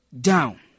down